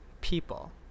people